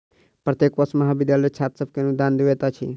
प्रत्येक वर्ष महाविद्यालय छात्र सभ के अनुदान दैत अछि